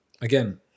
again